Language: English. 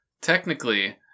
technically